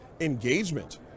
engagement